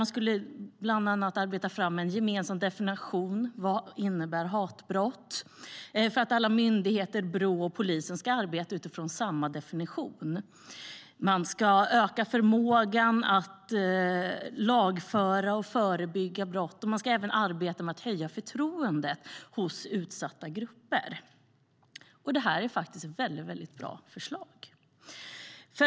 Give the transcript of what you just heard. Man skulle bland annat arbeta fram en gemensam definition av vad hatbrott är så att alla myndigheter, Brå och polisen ska arbeta utifrån samma definition. Man ska öka förmågan att lagföra och förebygga brott, och man ska även arbeta med att höja förtroendet hos utsatta grupper. Detta är faktiskt väldigt bra förslag.